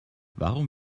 warum